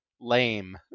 lame